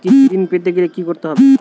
কৃষি ঋণ পেতে গেলে কি করতে হবে?